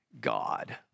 God